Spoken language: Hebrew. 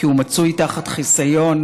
כי הוא מצוי תחת חיסיון.